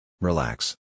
Relax